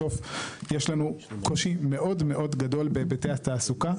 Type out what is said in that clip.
בסוף יש לנו קושי מאוד מאוד גדול בהיבטי התעסוקה.